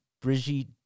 brigitte